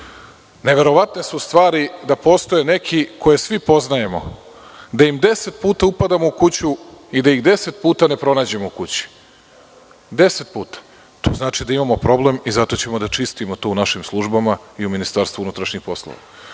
Neverovatne su stvari da postoje neki, koje svi poznajemo, da im 10 puta upadamo u kuću i da ih 10 puta ne pronađemo u kući, 10 puta. To znači da imamo problem i zato ćemo da čistimo to u našim službama i u MUP-u. Ali, znate tim ljudima